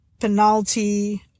penalty